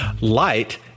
Light